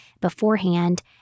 beforehand